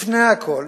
לפני הכול,